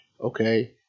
Okay